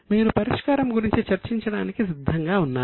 మీరు పరిష్కారం గురించి చర్చించడానికి సిద్ధంగా ఉన్నారా